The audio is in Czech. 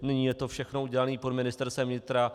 Nyní je to všechno udělané pod Ministerstvem vnitra.